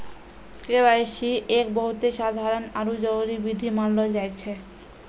KYC एक बहुते साधारण आरु जरूरी विधि मानलो जाय छै